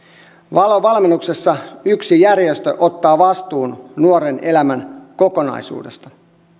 valo valmennuksessa yksi järjestö ottaa vastuun nuoren elämän kokonaisuudesta